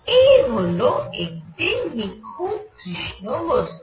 এই হল একটি নিখুঁত কৃষ্ণ বস্তু